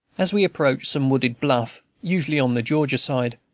as we approached some wooded bluff, usually on the georgia side,